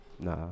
Nah